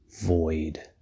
void